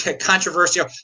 controversial